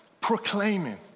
proclaiming